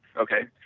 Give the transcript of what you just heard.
okay?